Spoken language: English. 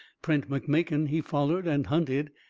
prent mcmakin, he follered and hunted.